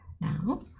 now